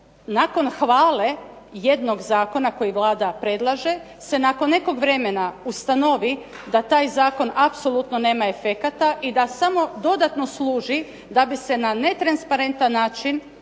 nakon hvale jednog zakona koji Vlada predlaže se nakon nekog vremena ustanovi da taj zakon apsolutno nema efekata i da samo dodatno služi da bi se na netransparentan način